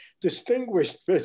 distinguished